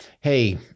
hey